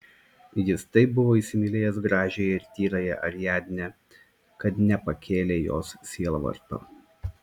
jis taip buvo įsimylėjęs gražiąją ir tyrąją ariadnę kad nepakėlė jos sielvarto